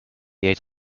eight